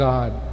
God